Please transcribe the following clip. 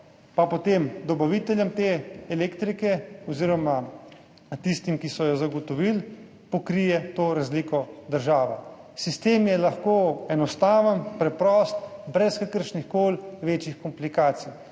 pa potem dobaviteljem te elektrike oziroma tistim, ki so jo zagotovili, pokrije država. Sistem je lahko enostaven, preprost, brez kakršnihkoli večjih komplikacij.